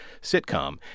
sitcom